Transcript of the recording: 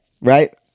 right